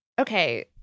Okay